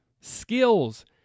Skills